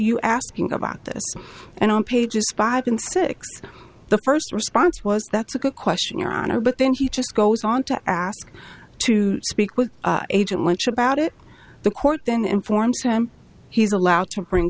you asking about this and on pages five and six the first response was that's a good question your honor but then he just goes on to ask to speak with agent much about it the court then informs him he's allowed to bring